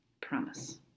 Promise